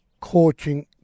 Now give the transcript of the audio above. coaching